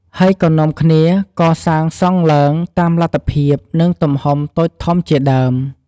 ហើយក៏នាំគ្នាកសាងសងឡើងតាមលទ្ធិភាព និងទំហំតូចធំជាដើម។